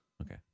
Okay